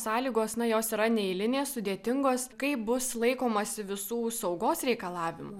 sąlygos na jos yra neeilinės sudėtingos kaip bus laikomasi visų saugos reikalavimų